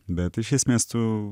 bet iš esmės tu